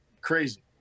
crazy